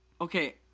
okay